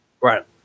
right